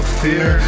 fear